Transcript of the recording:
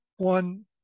One